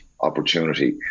opportunity